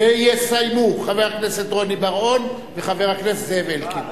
ויסיימו חבר הכנסת רוני בר-און וחבר הכנסת זאב אלקין.